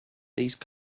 these